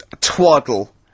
twaddle